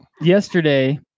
yesterday